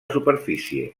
superfície